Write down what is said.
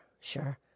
sure